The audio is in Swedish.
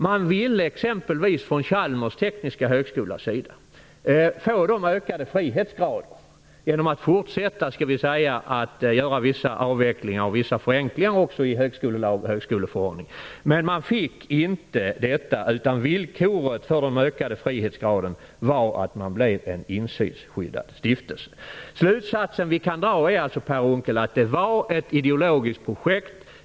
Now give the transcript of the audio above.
Man ville exempelvis från Chalmers tekniska högskola få ökade frihetskrav tillgodosedda genom vissa fortsatta avvecklingar och även genom vissa förenklingar i högskolelag och högskoleförordning. Man fick dock inte detta, utan villkoret för den höjda frihetsgraden var att man omvandlades till en insynsskyddad stiftelse. Den slutsats som vi kan dra är alltså, Per Unckel, att det var fråga om ett ideologiskt projekt.